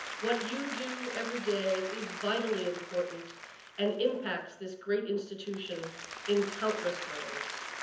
what you do every day is vitally important and impacts this great institution in countless ways,